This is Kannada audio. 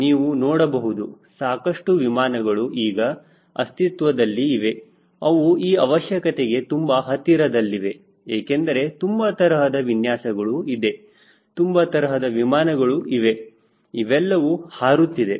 ನೀವು ನೋಡಬಹುದು ಸಾಕಷ್ಟು ವಿಮಾನಗಳು ಈಗ ಅಸ್ತಿತ್ವದಲ್ಲಿ ಇವೆ ಅವು ಈ ಅವಶ್ಯಕತೆಗೆ ತುಂಬಾ ಹತ್ತಿರದಲ್ಲಿವೆ ಏಕೆಂದರೆ ತುಂಬಾ ತರಹದ ವಿನ್ಯಾಸಗಳು ಇದೆ ತುಂಬಾ ತರಹದ ವಿಮಾನಗಳು ಇವೆ ಅವೆಲ್ಲವೂ ಹಾರುತ್ತಿದೆ